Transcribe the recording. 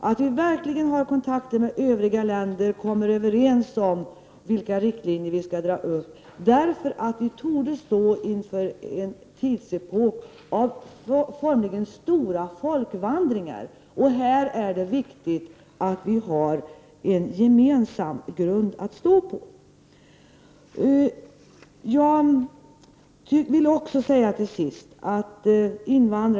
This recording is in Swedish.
Det är verkligen viktigt att vi har kontakt med övriga länder och att det går att komma överens om riktlinjerna. Vi torde nämligen stå inför en epok av stora folkvandringar. Därför är det av betydelse att vi har en gemensam grund att stå på. Till sist vill jag säga följande.